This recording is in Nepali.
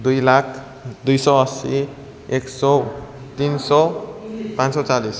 दुई लाख दुई सय अस्सी एक सय तिन सय पाँच सय चालिस